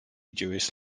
jewish